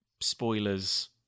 spoilers